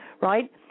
right